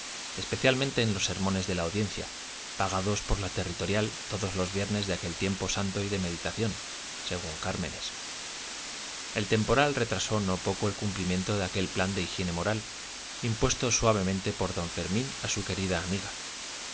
especialmente en los sermones de la audiencia pagados por la territorial todos los viernes de aquel tiempo santo y de meditación según cármenes el temporal retrasó no poco el cumplimiento de aquel plan de higiene moral impuesto suavemente por don fermín a su querida amiga